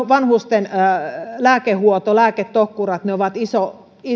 vanhusten lääkehuolto lääketokkurat ovat iso ongelma ne